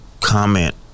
comment